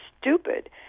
stupid